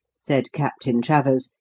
said captain travers,